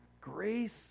Grace